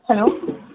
hello